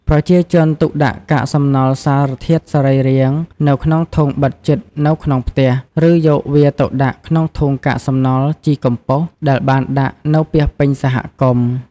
ប្រជាជនទុកដាក់កាកសំណល់សារធាតុសរីរាង្គនៅក្នុងធុងបិទជិតនៅក្នុងផ្ទះ ឬយកវាទៅដាក់ក្នុងធុងកាកសំណល់ជីកំប៉ុសដែលបានដាក់នៅពាសពេញសហគមន៍។